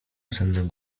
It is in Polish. sennym